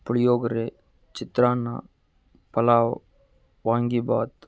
ಪುಳಿಯೋಗರೆ ಚಿತ್ರಾನ್ನ ಪಲಾವು ವಾಂಗಿಬಾತ್